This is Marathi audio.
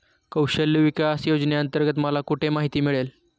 कौशल्य विकास योजनेअंतर्गत मला कुठे माहिती मिळेल?